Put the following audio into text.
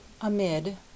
Amid